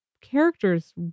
characters